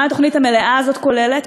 מה התוכנית המלאה הזאת כוללת?